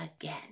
again